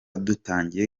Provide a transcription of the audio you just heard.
dutangiye